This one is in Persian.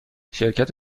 شرکت